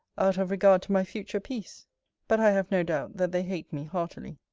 out of regard to my future peace but i have no doubt, that they hate me heartily.